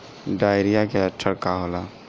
Diarrhoea के लक्षण का होला?